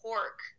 Pork